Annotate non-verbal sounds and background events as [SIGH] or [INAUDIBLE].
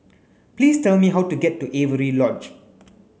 please tell me how to get to [UNINTELLIGIBLE] Lodge